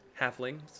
halflings